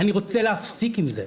אני רוצה להפסיק את זה".